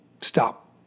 stop